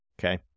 okay